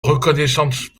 reconnaissance